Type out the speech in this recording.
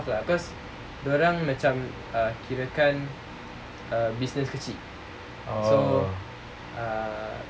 oh